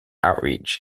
outreach